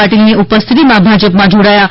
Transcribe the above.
પાટીલની ઉપસ્થિતિમાં ભાજપમાં જોડાયા હતા